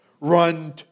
Run